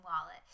wallet